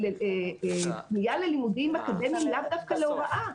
פנייה ללימודים אקדמיים לאו דווקא להוראה,